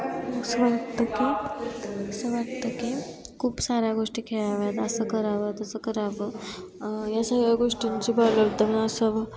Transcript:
असं वाटतं की असं वाटतं की खूप साऱ्या गोष्टी खेळाव्यात असं करावं तसं करावं या सगळ्या गोष्टींची